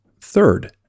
Third